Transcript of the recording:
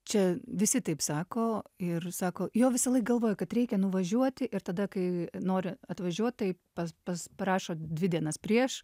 čia visi taip sako ir sako jo visąlaik galvoju kad reikia nuvažiuoti ir tada kai nori atvažiuot tai pas pas parašo dvi dienas prieš